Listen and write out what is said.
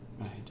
Right